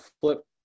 flip